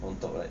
on top right